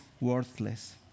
worthless